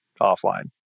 offline